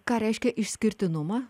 ką reiškia išskirtinumą